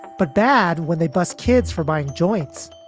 but bad when they bust kids for buying joints.